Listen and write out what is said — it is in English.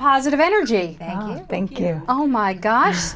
positive energy thank you oh my gosh